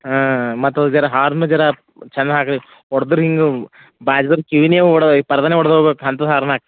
ಹಾಂ ಮತ್ತು ಓ ಜರ ಹಾರ್ನು ಜರ ಚನ್ನ ಹಾಕ್ರಿ ಹೊಡ್ದ್ರ್ ಹಿಂಗೂ ಬಾಜಿದೊರ್ ಕಿವಿನೇ ಒಡ್ದೊಯ ಪರ್ದೆನೆ ಒಡ್ದು ಹೋಗ್ಬೇಕು ಅಂಥದ್ ಹಾರ್ನ್ ಹಾಕ್ರಿ